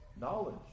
knowledge